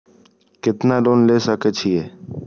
केतना लोन ले सके छीये?